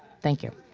thank you.